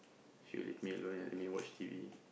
she will leave me alone and have me watch T_V